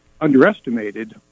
underestimated